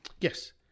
Yes